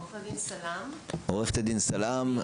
עורכת הדין סלאם.